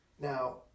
Now